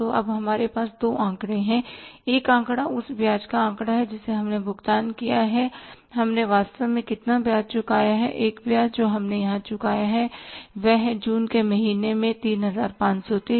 तो अब हमारे पास दो आंकड़े हैं एक आंकड़ा उस ब्याज का आंकड़ा है जिसे हमने भुगतान किया है हमने वास्तव में कितना ब्याज चुकाया है एक ब्याज जो हमने यहां चुकाया है वह है जून के महीने में 3530